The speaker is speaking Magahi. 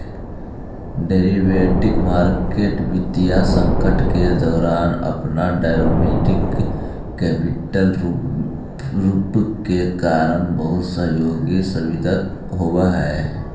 डेरिवेटिव्स मार्केट वित्तीय संकट के दौरान अपन डायनेमिक कैपिटल रूप के कारण बहुत सहयोगी साबित होवऽ हइ